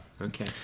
Okay